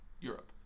Europe